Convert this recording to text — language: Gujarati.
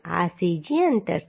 આ Cg અંતર છે